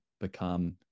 become